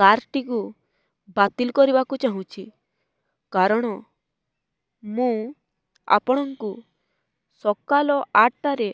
କାର୍ଟି କୁ ବାତିଲ କରିବାକୁ ଚାହୁଁଛି କାରଣ ମୁଁ ଆପଣଙ୍କୁ ସକାଳ ଆଠଟାରେ